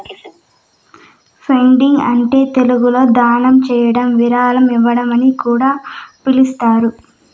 funding అంటే తెలుగులో దానం చేయడం విరాళం ఇవ్వడం అని కూడా పిలుస్తారు